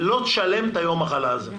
לא נשלם את יום המחלה הזה.